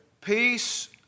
Peace